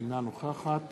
אינה נוכחת